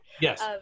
Yes